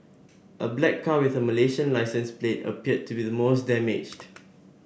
a black car with a Malaysian licence plate appeared to be the most damaged